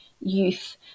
youth